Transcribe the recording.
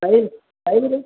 தயிர் தயிர்